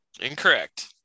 Incorrect